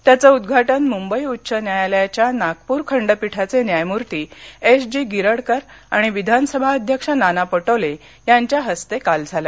याचं उदघाटन मुबई उंच न्यायालयाच्या नागपूर खंडपीठावे न्यामूर्ती एस जी गिरडकर आणि विधानसभा अध्यक्ष नाना पटोले यांच्या हस्ते काल झालं